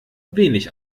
wenig